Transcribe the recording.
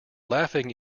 laughing